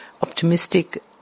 optimistic